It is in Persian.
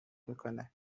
میکنه